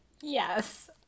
yes